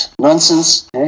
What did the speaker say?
nonsense